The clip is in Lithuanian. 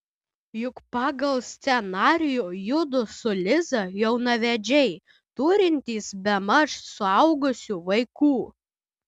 juk pagal scenarijų judu su liza jaunavedžiai turintys bemaž suaugusių vaikų